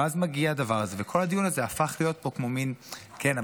ואז מגיע הדבר הזה וכל הדיון הזה הפך להיות פה כמו: כן,